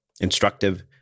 instructive